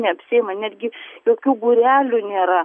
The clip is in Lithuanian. neapsiima netgi jokių būrelių nėra